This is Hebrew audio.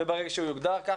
ברגע שהוא יוגדר כך,